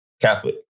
Catholic